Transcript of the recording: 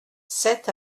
sept